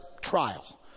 trial